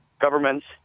governments